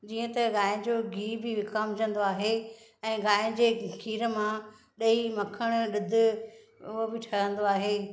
जीअं त गांइ जो घी बि विकामुजंदो आहे ऐं गांइ जे खीर मां ॾही मखणु ॾुधु उहो बि ठहंदो आहे